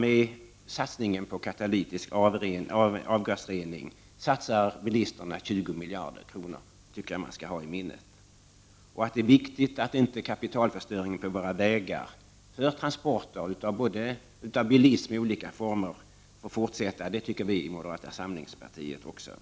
Enbart på katalytisk avgasrening satsar bilisterna 20 miljarder kronor. Det skall man hålla i minnet. Med hänsyn till vägtransporterna i olika former anser vi i moderata samlingspartiet att det är viktigt att kapitalförstöringen beträffande landets vägar inte får fortsätta.